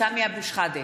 סמי אבו שחאדה,